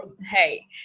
hey